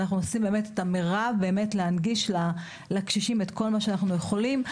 אנחנו עושים את המרב להנגיש לקשישים את כל מה שאנחנו יכולים.